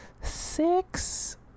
six